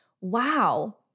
wow